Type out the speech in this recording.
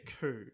coup